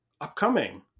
upcoming